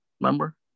Remember